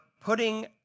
putting